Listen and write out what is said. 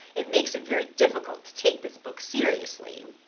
it makes it very difficult to take this book seriously.